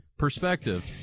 perspective